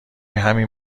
همین